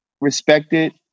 Respected